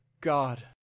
God